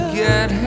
get